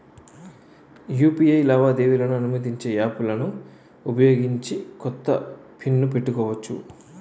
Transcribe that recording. UPI లావాదేవీలను అనుమతించే యాప్లలను ఉపయోగించి కొత్త పిన్ ను పెట్టుకోవచ్చు